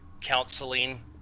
counseling